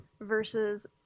versus